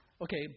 Okay